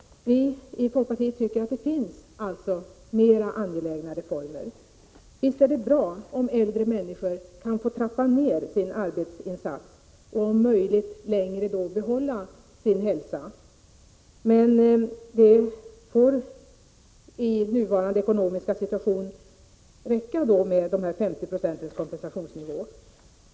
Vi i folkpartiet tycker således att det finns mera angelägna reformer. Visst är det bra om äldre människor kan få trappa ned på sin arbetsinsats och då om möjligt behålla sin hälsa längre, men i nuvarande ekonomiska situation får det räcka med kompensationsnivån på 50 Jo.